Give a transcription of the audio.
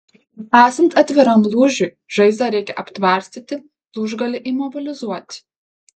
esant atviram lūžiui žaizdą reikia aptvarstyti lūžgalį imobilizuoti